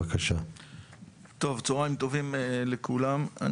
צוהריים טובים לכולם.